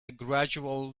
gradual